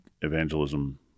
evangelism